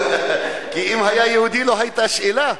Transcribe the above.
כי אם היה יהודי, לא היתה שאלה.